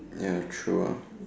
ya true ah